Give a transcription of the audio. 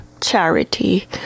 charity